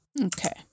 Okay